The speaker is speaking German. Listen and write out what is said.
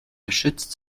geschützt